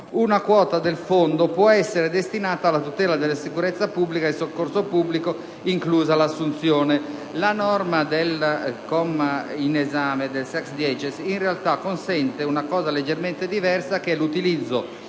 una quota del fondo può essere destinata alla tutela della sicurezza pubblica e del soccorso pubblico, inclusa l'assunzione di personale (...)». La norma del comma in esame, il 18-*sexdecies*, in realtà consente una cosa leggermente diversa, che è l'utilizzo